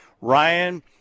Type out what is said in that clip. Ryan